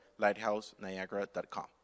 LighthouseNiagara.com